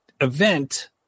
event